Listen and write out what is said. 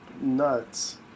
Nuts